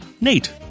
Nate